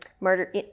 Murder